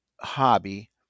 hobby